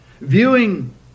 viewing